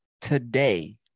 today